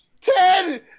Ten